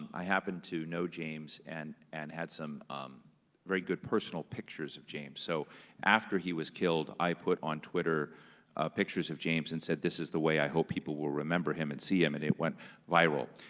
i happened to know james and and had some very good personal pictures of james, so after he was killed, i put on twitter pictures of james and said, this is the way i hope people will remember him and see him, and it went viral,